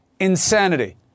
Insanity